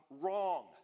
Wrong